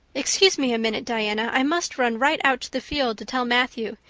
excuse me a minute, diana. i must run right out to the field to tell matthew.